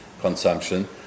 consumption